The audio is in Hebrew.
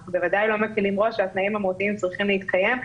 אנחנו בוודאי לא מקילים ראש שהתנאים המהותיים צריכים להתקיים.